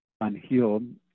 unhealed